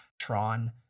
Tron